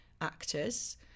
actors